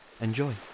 Enjoy